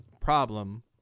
problem